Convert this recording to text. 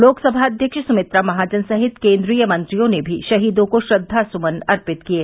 लोकसभा अध्यक्ष सुमित्रा महाजन सहित केन्द्रीय मंत्रियों ने भी शहीदों को श्रद्वासुमन अर्पित किये